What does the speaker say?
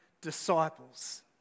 disciples